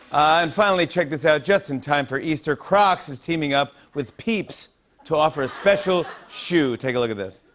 and, finally, check this out. just in time for easter, crocs is teaming up with peeps to offer a special shoe. take a look at this.